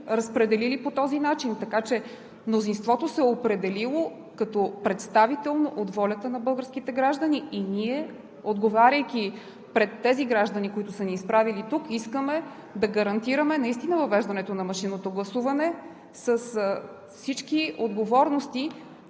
разпределили по този начин. Така че мнозинството се е определило като представително от волята на българските граждани и ние, отговаряйки пред тези граждани, които са ни изправили тук, искаме да гарантираме наистина въвеждането на машинното гласуване с всички отговорности,